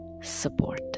support